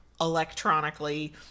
electronically